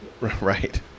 Right